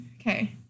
Okay